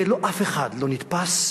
ואף אחד לא נתפס,